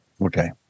Okay